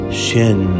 shin